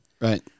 Right